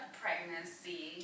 pregnancy